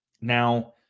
Now